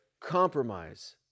compromise